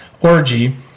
orgy